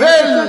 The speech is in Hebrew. בבקשה לסיים.